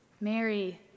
Mary